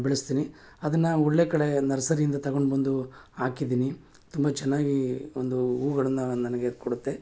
ಬೆಳೆಸ್ತೀನಿ ಅದನ್ನು ಒಳ್ಳೆಯ ಕಡೆ ನರ್ಸರಿಯಿಂದ ತಗೊಂಡು ಬಂದು ಹಾಕಿದ್ದೀನಿ ತುಂಬ ಚೆನ್ನಾಗಿ ಒಂದೂ ಹೂಗಳನ್ನ ನನಗೆ ಕೊಡುತ್ತೆ